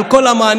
על כל המענים,